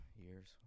years